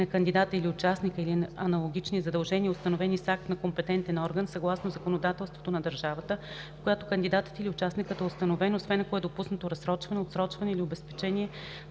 на кандидата или участника, или аналогични задължения, установени с акт на компетентен орган, съгласно законодателството на държавата, в която кандидатът или участникът е установен, освен ако е допуснато разсрочване, отсрочване или обезпечение